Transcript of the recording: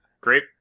Great